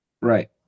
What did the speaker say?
right